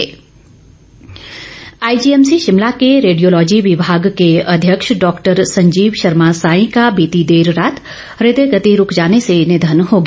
शोक आईजीएमसी शिमला के रेडियोलॉजी विभाग के अध्यक्ष डॉक्टर संजीव शर्मा साई का बीती देर रात हृदय गति रूक जाने से निधन हो गया